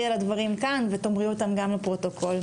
על הדברים כאן ותאמרי אותם גם לפרוטוקול.